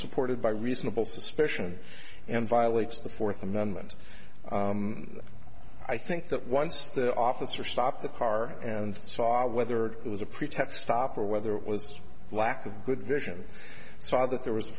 supported by reasonable suspicion and violates the fourth amendment i think that once the officer stopped the car and saw whether it was a pretext stop or whether it was a lack of good vision saw that there was a